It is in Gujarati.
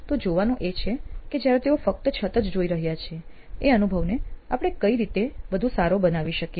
તો જોવાનું એ છે કે જયારે તેઓ ફક્ત છત જ જોઈ રહ્યા છે એ અનુભવને આપણે કઈ રીતે વધુ સારો બનાવી શકીએ